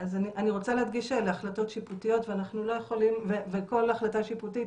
אני רוצה להדגיש שאלה החלטות שיפוטיות וכל החלטה שיפוטית,